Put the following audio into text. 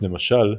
למשל,